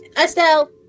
Estelle